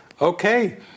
okay